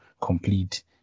complete